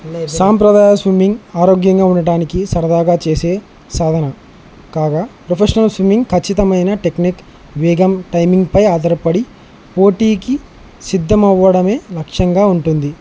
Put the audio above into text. సాంప్రదాయ స్విమ్మింగ్ ఆరోగ్యంగా ఉండటానికి సరదాగా చేసే సాధనం కాగా ప్రొఫెషనల్ స్విమ్మింగ్ ఖచ్చితమైన టెక్నిక్ వేగం టైమింగ్పై ఆధారపడి పోటీకి సిద్ధమవ్వడమే లక్ష్యంగా ఉంటుంది